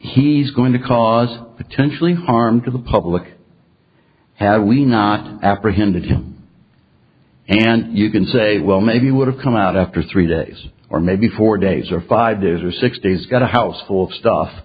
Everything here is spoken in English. he's going to cause potentially harm to the public had we not apprehended and you can say well maybe would have come out after three days or maybe four days or five days or six days got a houseful of stuff